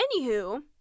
anywho